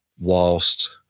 whilst